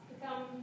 become